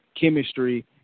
chemistry